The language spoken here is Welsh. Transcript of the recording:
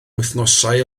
wythnosau